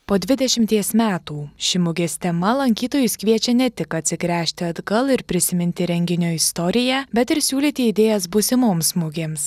po dvidešimties metų ši mugės tema lankytojus kviečia ne tik atsigręžti atgal ir prisiminti renginio istoriją bet ir siūlyti idėjas būsimoms mugėms